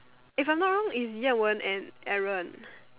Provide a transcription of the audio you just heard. if I'm not wrong it's Yan-Wen and Aaron